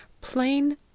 plain